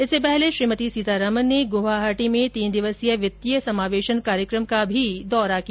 इससे पहले श्रीमती सीतारमन ने गुवाहाटी में तीन दिवसीय वित्तीय समावेशन कार्यक्रम का भी दौरा किया